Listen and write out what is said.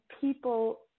people